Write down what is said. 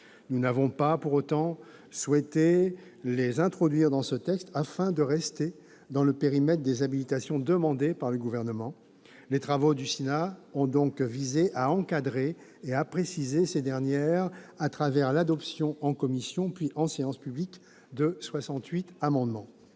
Nous n'avons pas pour autant souhaité les introduire dans ce texte afin de rester dans le périmètre des habilitations demandées par le Gouvernement. Les travaux du Sénat ont donc visé à encadrer et à préciser ces dernières à travers l'adoption en commission, puis en séance publique, de 68 amendements.